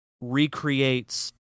recreates